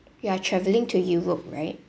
you are travelling to europe right okay so is